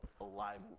alive